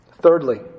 Thirdly